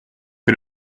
que